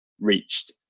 reached